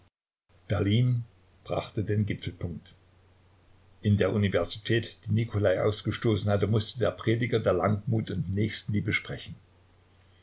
berlin brachte den gipfelpunkt in der universität die nicolai ausgestoßen hatte mußte der prediger der langmut und nächstenliebe sprechen